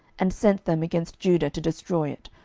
and sent them against judah to destroy it,